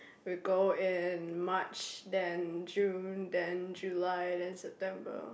we go in March then June then July then September loh